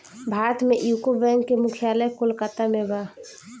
भारत में UCO bank के मुख्यालय कोलकाता में बा